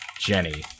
Jenny